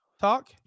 talk